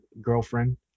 girlfriend